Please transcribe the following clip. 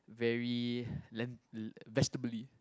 very len~ vegetably